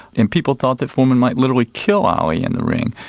and people thought that foreman might literally kill ali in the ring,